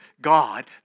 God